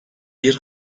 bir